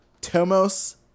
Tomos